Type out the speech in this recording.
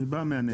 אני בא מהנגב.